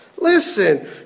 Listen